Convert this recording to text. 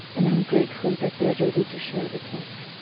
and i'm grateful that they're ready to share with us.